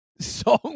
song